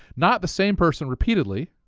not the same person repeatedly,